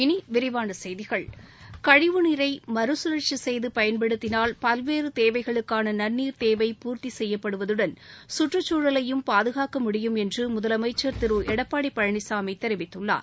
இனிவிரிவானசெய்திகள் கழிவுநீரைமறுகழற்சிசெய்துபயன்படுத்தினால் பல்வேறுதேவைகளுக்கானநன்னீர் தேவை பூர்த்திசெய்யப்படுவதுடன் பாதகாக்க சுற்றுச்சூழலையும் முடியும் என்றுமுதலமைச்சர் திருளடப்பாடிபழனிசாமிதெரிவித்துள்ளார்